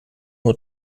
nur